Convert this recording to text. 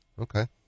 Okay